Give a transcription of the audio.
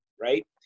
right